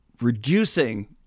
reducing